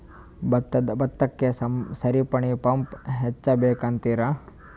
ಭತ್ತಕ್ಕ ಸರಪಣಿ ಪಂಪ್ ಹಚ್ಚಬೇಕ್ ಅಂತಿರಾ?